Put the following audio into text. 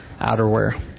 outerwear